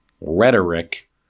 rhetoric